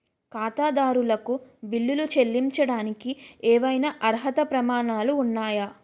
ఖాతాదారులకు బిల్లులు చెల్లించడానికి ఏవైనా అర్హత ప్రమాణాలు ఉన్నాయా?